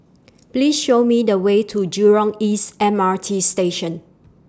Please Show Me The Way to Jurong East M R T Station